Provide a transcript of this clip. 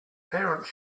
parents